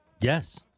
Yes